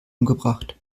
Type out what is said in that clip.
umgebracht